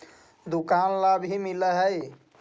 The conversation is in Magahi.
दुकान ला भी मिलहै?